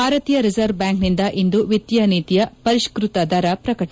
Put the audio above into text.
ಭಾರತೀಯ ರಿಸರ್ವ್ ಬ್ಯಾಂಕ್ನಿಂದ ಇಂದು ವಿತ್ತೀಯ ನೀತಿಯ ಪರಿಷ್ಕ ತ ದರ ಪ್ರಕಟ